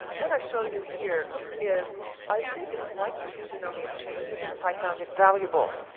what i show you here is i really didn't like this tsunami of change even if i found it valuable.